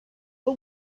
but